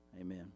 Amen